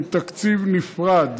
עם תקציב נפרד